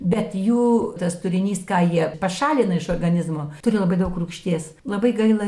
bet jų tas turinys ką jie pašalina iš organizmo turi labai daug rūgšties labai gaila